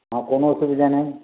না কোনও অসুবিধা নেই